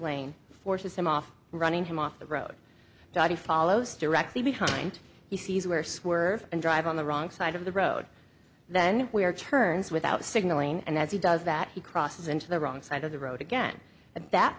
lane forces him off running him off the road daddy follows directly behind he sees where swerve and drive on the wrong side of the road then we are turns without signaling and as he does that he crosses into the wrong side of the road again at that